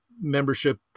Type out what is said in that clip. membership